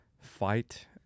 fight